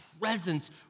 presence